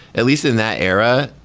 at least in that era,